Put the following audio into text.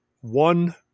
one